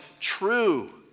true